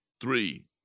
three